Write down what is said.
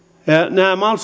nämä mal